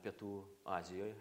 pietų azijoj